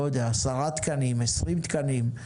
10 תקנים, 20 תקנים?